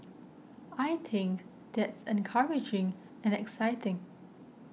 I think that's encouraging and exciting